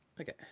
okay